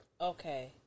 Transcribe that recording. Okay